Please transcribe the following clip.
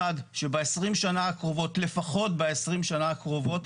אחד, שב-20 שנה הקרובות, לפחות ב-20 שנה הקרובות,